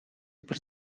per